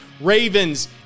Ravens